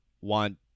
want